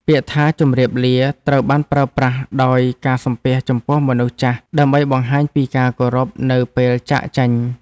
ពាក្យថាជម្រាបលាត្រូវបានប្រើប្រាស់ដោយការសំពះចំពោះមនុស្សចាស់ដើម្បីបង្ហាញពីការគោរពនៅពេលចាកចេញ។